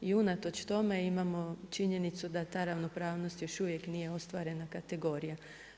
I unatoč tome, imamo činjenicu imamo da ta ravnopravnost još uvijek nije ostvarena kategorija.